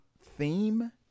theme